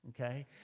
Okay